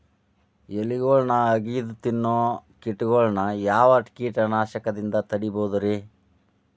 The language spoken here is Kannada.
ಎಲಿಗೊಳ್ನ ಅಗದು ತಿನ್ನೋ ಕೇಟಗೊಳ್ನ ಯಾವ ಕೇಟನಾಶಕದಿಂದ ತಡಿಬೋದ್ ರಿ?